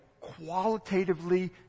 qualitatively